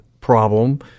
problem